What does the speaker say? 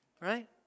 right